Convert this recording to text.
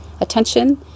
attention